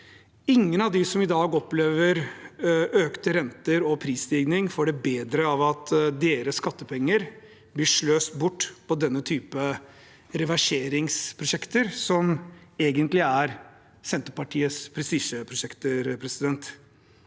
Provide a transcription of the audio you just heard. Ingen av dem som i dag opplever økte renter og prisstigning, får det bedre av at deres skattepenger blir sløst bort på denne type reverseringsprosjekter, som egentlig er Senterpartiets prestisjeprosjekter. Det